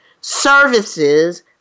services